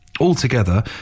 Altogether